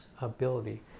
ability